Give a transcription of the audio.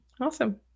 awesome